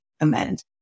amend